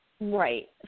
Right